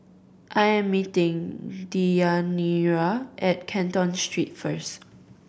I am meeting Deyanira at Canton Street first